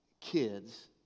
kids